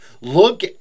Look